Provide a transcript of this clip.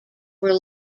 were